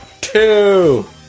Two